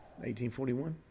1841